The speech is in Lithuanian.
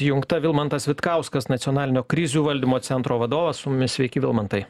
įjungta vilmantas vitkauskas nacionalinio krizių valdymo centro vadovas su mumis sveiki vilmantai